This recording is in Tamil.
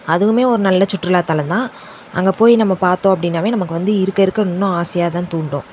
அதுவுமே ஒரு நல்ல சுற்றுலாத்தலம்தான் அங்கே போய் நம்ம பார்த்தோம் அப்படின்னாவே நமக்கு வந்து இருக்க இருக்க இன்னும் ஆசையை தான் தூண்டும்